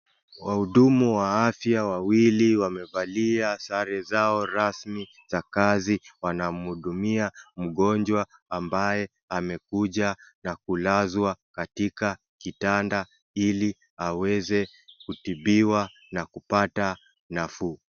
Wahudumu wa afya wawili wamevalia sare zao rasmi za kazi wanamhudumia mgonjwa ambaye amekuja na kulazwa katika kitanda ili aweze kutibiwa na kupata nafuu.